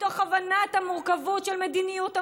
מתוך הבנת המורכבות של מדיניות הממשלה.